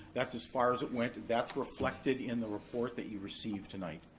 that's as far as it went, that's reflected in the report that you received tonight.